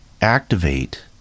activate